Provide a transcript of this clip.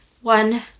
one